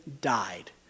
died